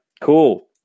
Cool